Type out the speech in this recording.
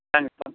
thank you sir